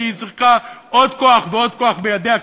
כי היא צריכה עוד כוח ועוד כוח בידיה,